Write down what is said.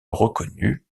reconnu